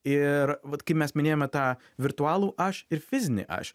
ir vat kai mes minėjome tą virtualų aš ir fizinį aš